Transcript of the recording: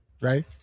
right